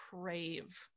crave